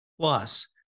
plus